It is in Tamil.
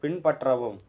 பின்பற்றவும்